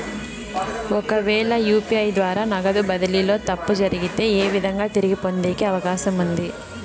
ఒకవేల యు.పి.ఐ ద్వారా నగదు బదిలీలో తప్పు జరిగితే, ఏ విధంగా తిరిగి పొందేకి అవకాశం ఉంది?